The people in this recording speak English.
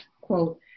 quote